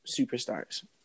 superstars